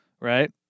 right